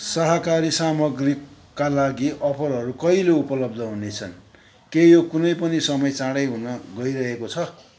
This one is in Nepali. शाकाहारी सामग्रीका लागि अफरहरू कहिले उपलब्ध हुनेछन् के यो कुनैपनि समय चाँडै हुन गइरहेको छ